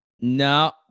No